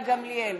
גילה גמליאל,